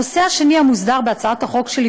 הנושא השני המוסדר בהצעת החוק שלי,